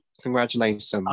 congratulations